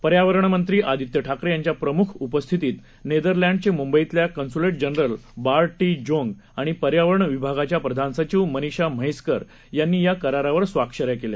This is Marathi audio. पर्यावरण मंत्री आदित्य ठाकरे यांच्या प्रमुख उपस्थितीत नेदरलॅंडचे मुंबईतल्या consulate general Bart de Jong आणि पर्यावरण विभागाच्या प्रधान सचिव मनिषा म्हैसकर यांनी या करारावर स्वाक्षऱ्या केल्या